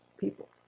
people